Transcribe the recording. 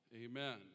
Amen